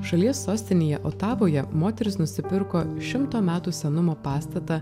šalies sostinėje otavoje moteris nusipirko šimto metų senumo pastatą